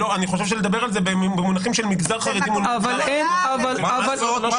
אני חושב שלדבר על זה במונחים של מגזר חרדי מול מגזר --- מה לעשות,